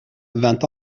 vint